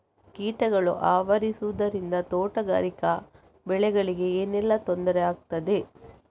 ಕೀಟಗಳು ಆವರಿಸುದರಿಂದ ತೋಟಗಾರಿಕಾ ಬೆಳೆಗಳಿಗೆ ಏನೆಲ್ಲಾ ತೊಂದರೆ ಆಗ್ತದೆ?